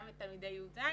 גם את תלמידי ז'-י',